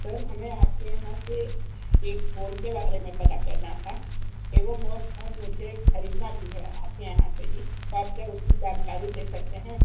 sir हमें आपके यहाँ से एक फ़ोन के बारे में पता करना था एवम वो फ़ोन मुझे खरीदना भी है आपके यहाँ से ही तो आप क्या उसकी जानकारी दे सकते हैं